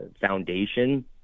foundation